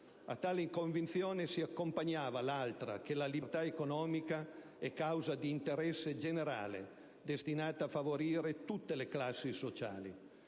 A tale convinzione si accompagnava l'altra, che la libertà economica è causa di interesse generale destinata a favore tutte le classi sociali.